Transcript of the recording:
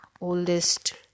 oldest